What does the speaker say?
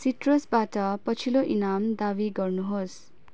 सिट्रसबाट पछिल्लो इनाम दावी गर्नु होस्